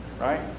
right